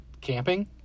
camping